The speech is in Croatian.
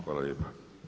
Hvala lijepa.